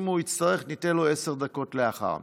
אם הוא יצטרך, ניתן לו עשר דקות לאחר מכן.